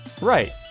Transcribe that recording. Right